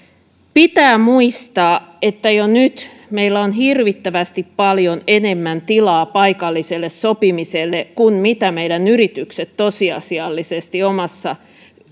pitää muistaa että jo nyt meillä on hirvittävästi paljon enemmän tilaa paikalliselle sopimiselle kuin meidän yrityksemme tosiasiallisesti omassa